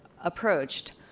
approached